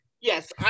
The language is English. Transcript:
Yes